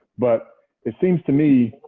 but it seems to me